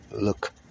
look